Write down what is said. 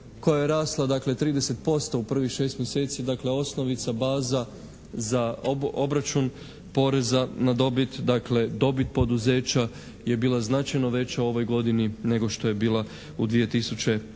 koja je rasla dakle 30% u prvih šest mjeseci, dakle osnovica, baza za obračun poreza na dobit, dakle dobit poduzeća je bila značajno veća u ovoj godini nego što je bila u 2005.